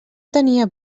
tenia